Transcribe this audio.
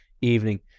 evening